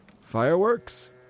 Fireworks